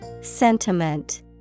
Sentiment